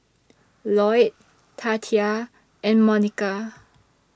Lloyd Tatia and Monika